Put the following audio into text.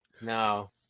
no